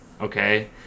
okay